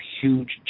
huge